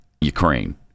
Ukraine